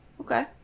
okay